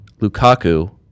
Lukaku